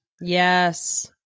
Yes